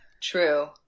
True